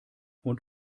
und